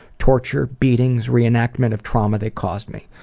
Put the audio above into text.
torture, beatings, re-enactment of trauma they caused me.